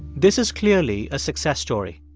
this is clearly a success story.